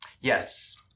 yes